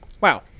Wow